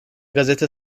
gazete